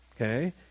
Okay